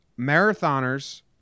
marathoners